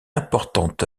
importante